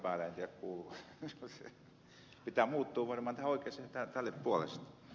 jos työnantajat olisivat sillä lailla valistuneita kuin ed